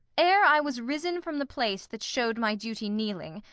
ere i was risen from the place that show'd my duty kneeling,